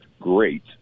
great